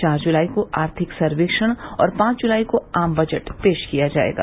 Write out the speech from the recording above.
चार जुलाई को आर्थिक सर्वेक्षण और पांच जुलाई को आम बजट पेश किया जाएगा